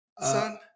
son